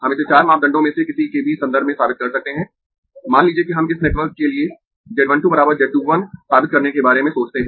हम इसे चार मापदंडों में से किसी के भी संदर्भ में साबित कर सकते है मान लीजिए कि हम इस नेटवर्क के लिए Z 1 2 Z 2 1 साबित करने के बारे में सोचते है